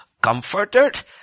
Comforted